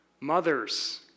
Mothers